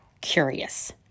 curious